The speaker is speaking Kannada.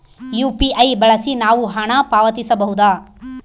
ಯು.ಪಿ.ಐ ಬಳಸಿ ನಾವು ಹಣ ಪಾವತಿಸಬಹುದಾ?